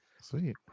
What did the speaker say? Sweet